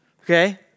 Okay